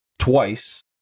twice